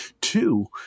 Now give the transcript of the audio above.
Two